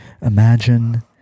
Imagine